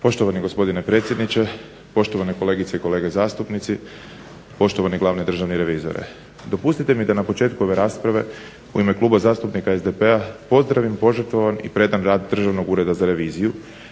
Poštovani gospodine predsjedniče, poštovane kolegice i kolege zastupnici, poštovani glavni državni revizore. Dopustite mi da na početku ove rasprave u ime Kluba zastupnika SDP-a pozdravim požrtvovan i predan rad Državnog ureda za reviziju